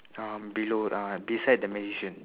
uh below uh beside the magician